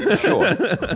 Sure